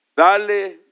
Dale